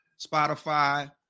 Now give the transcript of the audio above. Spotify